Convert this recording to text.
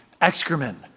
excrement